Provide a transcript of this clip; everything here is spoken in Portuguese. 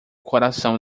coração